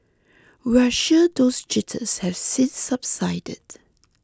we're sure those jitters has since subsided